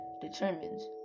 determines